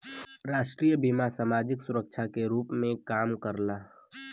राष्ट्रीय बीमा समाजिक सुरक्षा के रूप में काम करला